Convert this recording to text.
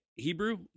Hebrew